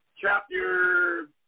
Chapter